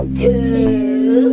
two